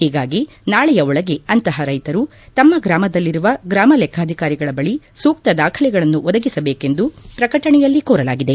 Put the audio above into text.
ಹೀಗಾಗಿ ನಾಳೆಯ ಒಳಗೆ ಅಂತಹ ರೈತರು ತಮ್ಮ ಗ್ರಮದಲ್ಲಿರುವ ಗ್ರಾಮ ಲೆಕ್ಕಾಧಿಕಾರಿಗಳ ಬಳಿ ಸೂಕ್ತ ದಾಖಲೆಗಳನ್ನು ಒದಗಿಸಬೇಕೆಂದು ಪ್ರಕಟಣೆಯಲ್ಲಿ ಕೋರಲಾಗಿದೆ